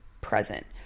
present